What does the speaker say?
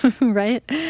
Right